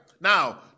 Now